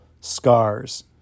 scars